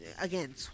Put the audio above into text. again